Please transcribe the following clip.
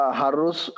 harus